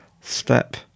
step